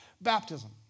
baptism